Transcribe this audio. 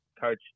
Coach